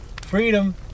Freedom